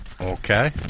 Okay